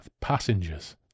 passengers